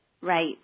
right